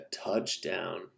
touchdown